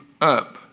up